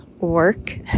work